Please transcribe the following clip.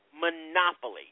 monopoly